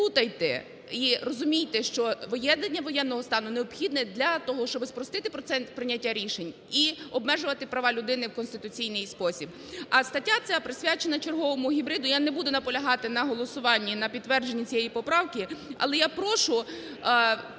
не плутайте і розумійте, що введення воєнного стану необхідне для того, щоб спростити процент прийняття рішень і обмежувати права людини в конституційний спосіб. А стаття ця присвячена черговому гібриду, я не буду наполягати на голосуванні і на підтвердженні цієї поправки, але я прошу